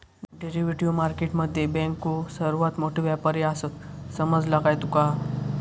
Derivative market मध्ये बँको सर्वात मोठे व्यापारी आसात, समजला काय तुका?